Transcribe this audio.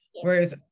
Whereas